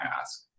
ask